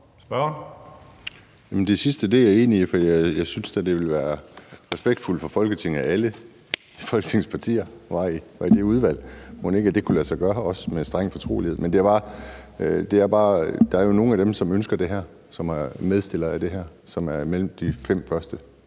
Det sidste er jeg enig i, for jeg synes da, det ville være respektfuldt for Folketinget, at alle Folketingets partier var i det udvalg. Mon ikke også det kunne lade sig gøre med en streng fortrolighed? Men der er jo nogle af dem, som er medforslagsstillere af det her, og som ønsker det her,